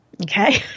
Okay